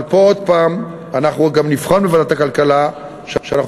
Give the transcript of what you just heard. אבל אנחנו גם נבחן בוועדת הכלכלה שאנחנו